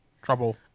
Trouble